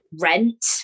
rent